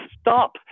stop